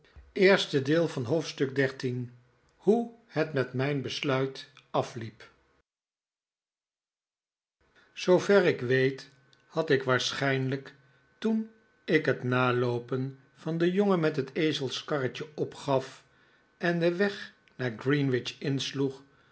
zoover ik weet had ik waarschijnlijk toen ik het naloopen van den jongen met het ezelkarretje opgaf en den weg naar greenwich insloeg